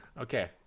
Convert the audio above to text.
okay